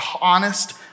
honest